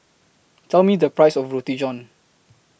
Tell Me The Price of Roti John